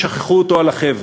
ושכחו אותו על החבל.